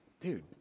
dude